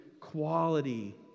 quality